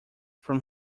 from